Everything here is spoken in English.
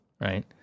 right